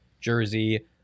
jersey